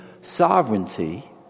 sovereignty